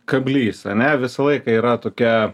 kablys ane visą laiką yra tokia